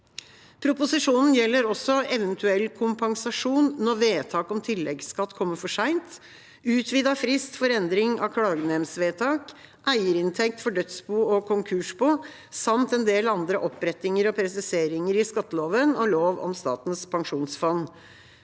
Proposisjonen gjelder også eventuell kompensasjon når vedtak om tilleggsskatt kommer for seint, utvidet frist for endring av klagenemndsvedtak, eierinntekt for dødsbo og konkursbo samt en del andre opprettinger og presiseringer i skatteloven og lov om Statens pensjonsfond.